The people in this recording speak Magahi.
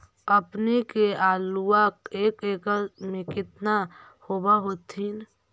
अपने के आलुआ एक एकड़ मे कितना होब होत्थिन?